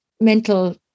mental